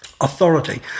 authority